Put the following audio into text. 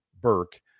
Burke